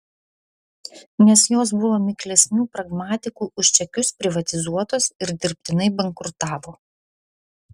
nes jos buvo miklesnių pragmatikų už čekius privatizuotos ir dirbtinai bankrutavo